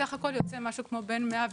סך הכל יוצא בין 110,